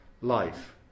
life